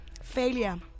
Failure